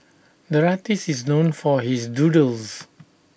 the artist is known for his doodles